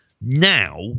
Now